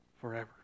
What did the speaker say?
forever